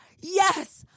yes